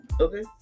Okay